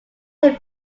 him